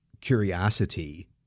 curiosity